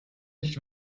nicht